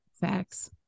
Facts